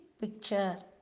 picture